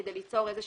כדי ליצור סדר